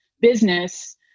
business